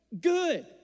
Good